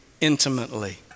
intimately